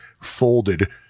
folded